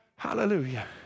Hallelujah